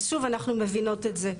אז שוב אנחנו מבינות את זה,